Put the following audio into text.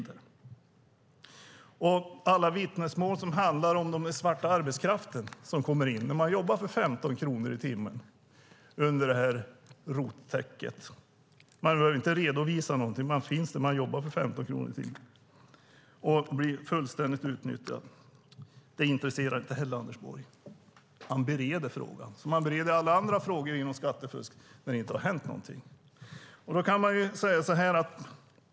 Det finns många vittnesmål som handlar om den svarta arbetskraft som jobbar för 15 kronor i timmen under detta ROT-täcke. Dessa personer behöver inte redovisa någonting, men de finns där och jobbar för 15 kronor i timmen och blir fullständigt utnyttjade. Det intresserar inte heller Anders Borg. Han bereder frågan som han bereder alla andra frågor som handlar om skattefusk och där det inte har hänt någonting.